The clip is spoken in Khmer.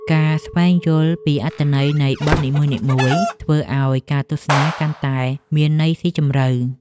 ការស្វែងយល់ពីអត្ថន័យនៃបទនីមួយៗ ធ្វើឱ្យការទស្សនាកាន់តែមានន័យស៊ីជម្រៅ។